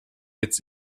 its